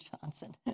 Johnson